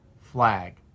flag